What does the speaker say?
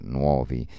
nuovi